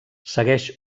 segueix